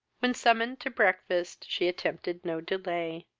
when summoned to breakfast she attempted no delay,